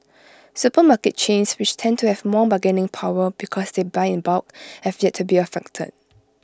supermarket chains which tend to have more bargaining power because they buy in bulk have yet to be affected